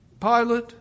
Pilate